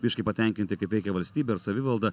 biškį patenkinti kaip veikia valstybė ar savivalda